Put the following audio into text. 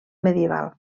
medieval